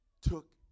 took